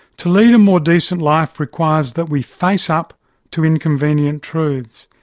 to lead a more decent life requires that we face-up to inconvenient truths,